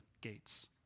gates